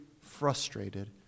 frustrated